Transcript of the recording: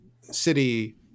city